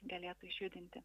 galėtų išjudinti